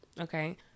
okay